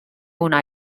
una